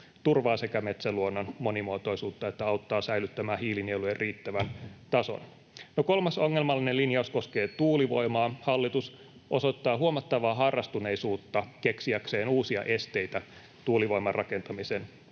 turvaa metsäluonnon monimuotoisuutta että auttaa säilyttämään hiilinielujen riittävä tason. Kolmas ongelmallinen linjaus koskee tuulivoimaa. Hallitus osoittaa huomattavaa harrastuneisuutta keksiäkseen uusia esteitä tuulivoiman rakentamisen